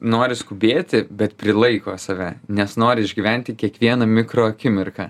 nori skubėti bet prilaiko save nes nori išgyventi kiekvieną mikro akimirką